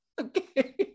Okay